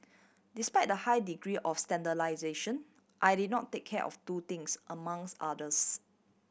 despite the high degree of I did not take care of two things among others